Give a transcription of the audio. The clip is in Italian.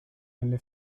nelle